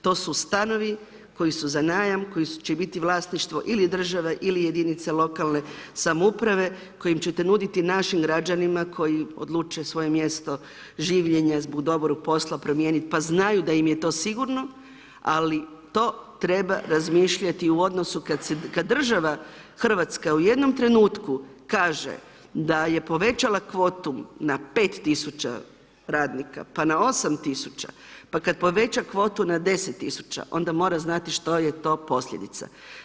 To su stanovi koji su za najam, koji će biti vlasništvo ili države ili jedinice lokalne samouprave kojim ćete nuditi našim građanima koji odluče svoje mjesto življenja zbog dobrog posla promijeniti pa znaju da im je to sigurno, ali to treba razmišljati u odnosu kada država Hrvatska u jednom trenutku kaže da je povećala kvotu na 5 tisuća radnika pa na 8 tisuća, pa kada poveća kvotu na 10 tisuća onda mora znati što je to posljedica.